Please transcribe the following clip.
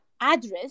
address